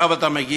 עכשיו אתה מגיע?